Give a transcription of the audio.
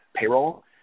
payroll